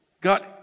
God